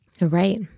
Right